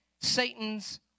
Satan's